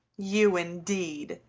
you, indeed!